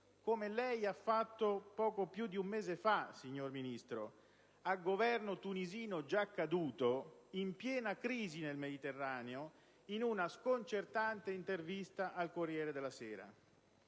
come lei ha fatto poco più di un mese fa, signor Ministro, a Governo tunisino già caduto, in piena crisi nel Mediterraneo, in una sconcertante intervista al «Corriere della Sera».